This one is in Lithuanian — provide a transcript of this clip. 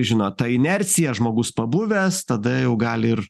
žinot ta inercija žmogus pabuvęs tada jau gali ir